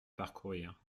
parcourir